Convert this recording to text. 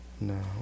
No